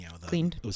cleaned